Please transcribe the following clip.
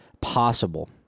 possible